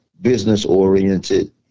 business-oriented